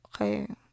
Okay